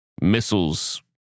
missiles